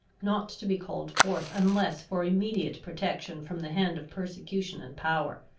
not to be called forth unless for immediate protection from the hand of persecution and power.